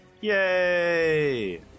Yay